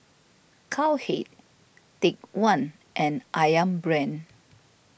Cowhead Take one and Ayam Brand